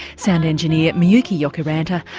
sound engineer miyuki jokiranta,